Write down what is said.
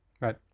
Right